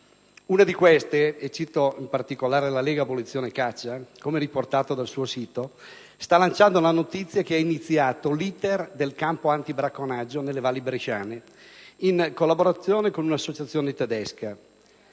Una di queste - cito, in particolare, la Lega abolizione caccia, come riportato dal suo sito Internet - sta lanciando la notizia che è iniziato l'*iter* del campo antibracconaggio nelle valli bresciane, in collaborazione con un'associazione tedesca.